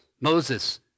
Moses